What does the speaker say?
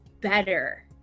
better